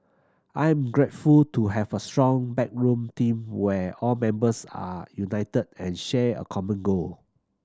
I am grateful to have a strong backroom team where all members are united and share a common goal